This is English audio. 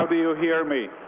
ah you hear me?